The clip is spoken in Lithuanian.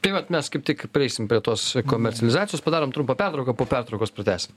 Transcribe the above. tai vat mes kaip tik prieisim prie tos komercializacijos padarom trumpą pertrauką po pertraukos pratęsim